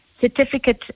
certificate